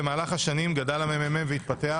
במהלך השנים גדל המ.מ.מ והתפתח,